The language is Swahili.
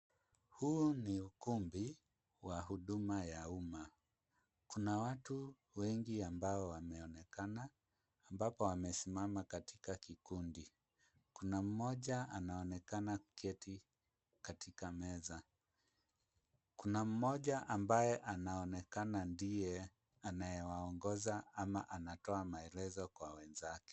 Huu ni ukumbi wa huduma ya umma. Kuna watu wengi ambao wameonekana ambapo wamesimama katika kikundi. Kuna mmoja anaonekana akiketi katika meza. Kuna mmoja ambaye anaonekana ndiye anayewaongoza ama anatoa maelezo kwa wenzake.